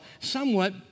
somewhat